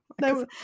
No